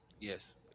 Yes